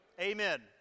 Amen